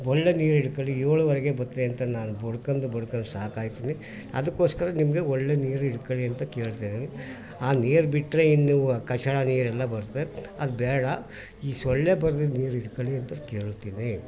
ಒಳ್ಳೆಯ ನೀರು ಹಿಡ್ಕೊಳಿ ಏಳುವರೆಗೆ ಬತ್ತದೆ ಅಂತ ನಾನು ಬಡ್ಕೊಂಡು ಬಡ್ಕೊಂಡು ಸಾಕಾಯ್ತನ್ನಿ ಅದಕ್ಕೋಸ್ಕರ ನಿಮಗೆ ಒಳ್ಳೆಯ ನೀರು ಹಿಡ್ಕೊಳಿ ಅಂತ ಕೇಳ್ತಾ ಇದ್ದೀನಿ ಆ ನೀರು ಬಿಟ್ಟರೆ ಇನ್ನೂ ಆ ಕಚಡ ನೀರೆಲ್ಲ ಬರುತ್ತೆ ಅದು ಬೇಡ ಈ ಸೊಳ್ಳೆ ಬರ್ದಿರ ನೀರು ಹಿಡ್ಕೊಳಿ ಅಂತ ಕೇಳ್ತೀನಿ